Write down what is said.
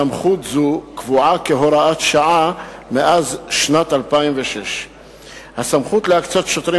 סמכות זו קבועה כהוראת שעה מאז שנת 2006. הסמכות להקצות שוטרים